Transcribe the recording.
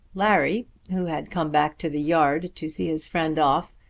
larry who had come back to the yard to see his friend off,